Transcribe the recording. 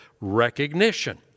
recognition